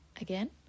Again